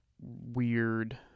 weird